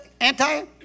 anti